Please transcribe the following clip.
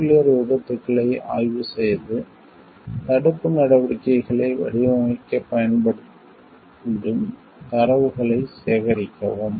nuclear விபத்துக்களை ஆய்வு செய்து தடுப்பு நடவடிக்கைகளை வடிவமைக்கப் பயன்படும் தரவுகளைச் சேகரிக்கவும்